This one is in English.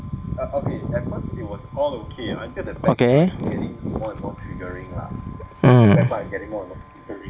okay mm